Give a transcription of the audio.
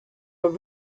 are